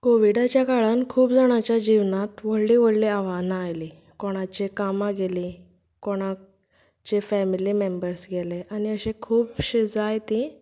कोविडाच्या काळांत खूब जाणांच्या जिवनांत व्हडलीं व्हडलीं आव्हानां आयली कोणाची कामां गेलीं कोणाचे फॅमिली मॅमबर्स गेले आनी अशे खुबशे जायतीं